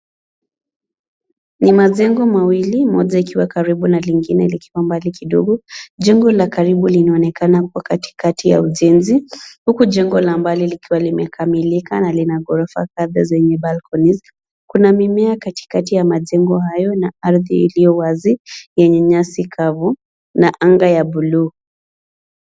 Ni majengo mawili, moja ikiwa karibu na lingine likiwa mbali kidogo. Jengo la karibu linaonekana kuwa katikati ya ujenzi, huku jengo la mbali likiwa limekamilika na lina ghorofa kadhaa zenye balconies .Kuna mimea katikati ya majengo hayo, na ardhi iliyo wazi yenye nyasi kavu na anga ya buluu.